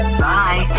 bye